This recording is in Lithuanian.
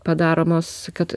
padaromos kad